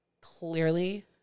clearly